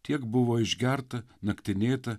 tiek buvo išgerta naktinėta